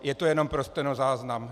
Je to jenom pro stenozáznam.